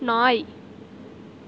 நாய்